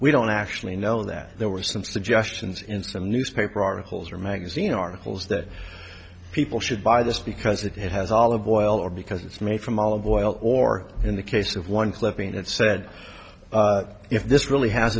we don't actually know that there were some suggestions in some newspaper articles or magazine articles that people should buy this because it has all of oil or because it's made from olive oil or in the case of one clipping that said if this really ha